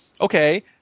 Okay